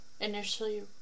initially